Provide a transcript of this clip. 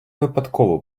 випадково